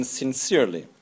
sincerely